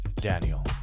Daniel